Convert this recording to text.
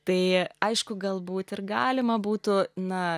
tai aišku galbūt ir galima būtų na